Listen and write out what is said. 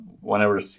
whenever